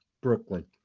Brooklyn